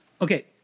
Okay